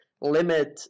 limit